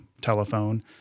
telephone